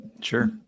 Sure